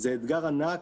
זה אתגר ענק.